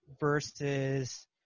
versus